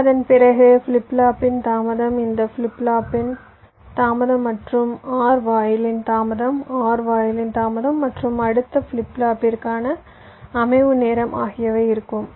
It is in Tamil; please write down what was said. எனவே அதன் பிறகு ஃபிளிப் ஃப்ளாப்பின் தாமதம் இந்த ஃபிளிப் ஃப்ளாப்பின் தாமதம் மற்றும் OR வாயிலின் தாமதம் OR வாயிலின் தாமதம் மற்றும் அடுத்த ஃபிளிப் ஃப்ளாப்பிற்கான அமைவு நேரம் ஆகியவை இருக்கும்